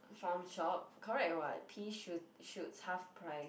Farm Shop correct [what] pea shoot shoots half price